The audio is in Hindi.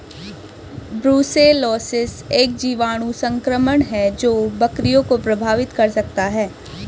ब्रुसेलोसिस एक जीवाणु संक्रमण है जो बकरियों को प्रभावित कर सकता है